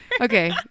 Okay